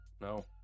No